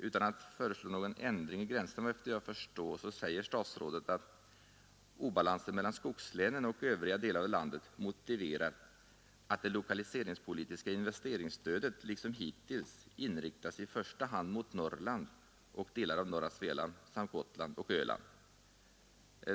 Utan att som jag förstår föreslå någon ändring i de gränserna säger statsrådet att obalansen mellan skogslänen och övriga delar av landet motiverar att det lokaliseringspolitiska investeringsstödet liksom hittills inriktas i första hand mot Norrland och delar av norra Svealand samt Gotland och Öland.